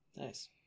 nice